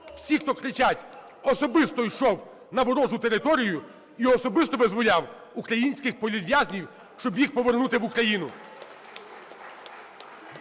всі, хто кричать. Особисто йшов на ворожу територію і особисто визволяв українських політв'язнів, щоб їх повернути в Україну!